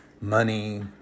Money